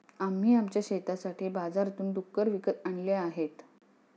आम्ही आमच्या शेतासाठी बाजारातून डुक्कर विकत आणले आहेत